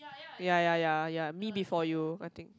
ya ya ya ya Me Before You I think